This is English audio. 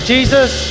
Jesus